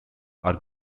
are